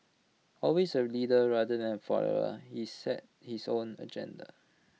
always A leader rather than A follower he set his own agenda